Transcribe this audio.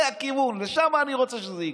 זה הכיוון, לשם אני רוצה שזה יקרה,